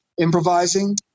improvising